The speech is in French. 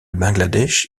bangladesh